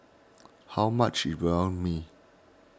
how much is Banh Mi